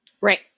Right